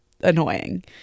annoying